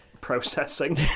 processing